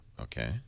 okay